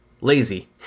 lazy